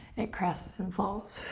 it crests and falls.